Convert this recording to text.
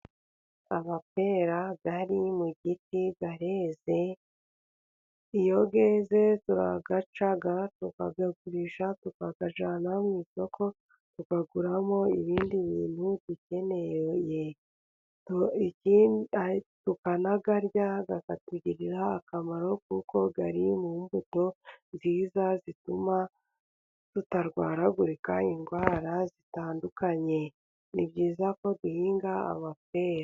Amapera ari mu giti yareze, iyo yeze turayaca tukayagurisha tukayajyana mu isoko, tukaguramo ibindi bintu dukeneye tukanayarya atugirira akamaro kuko ari mu mbuto nziza, zituma tutarwaragurika indwara zitandukanye ni byiza ko duhinga amapera.